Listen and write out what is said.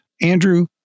Andrew